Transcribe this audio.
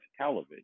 television